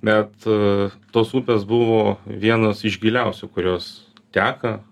bet tos upės buvo vienos iš giliausių kurios teka